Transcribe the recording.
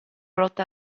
lotta